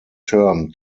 term